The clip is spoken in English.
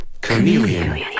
Chameleon